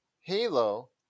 Halo